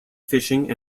fishing